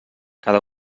cada